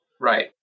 Right